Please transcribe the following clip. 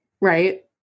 right